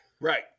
Right